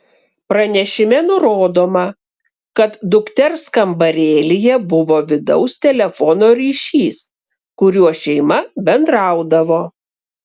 pranešime nurodoma kad dukters kambarėlyje buvo vidaus telefono ryšys kuriuo šeima bendraudavo